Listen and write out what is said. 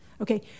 Okay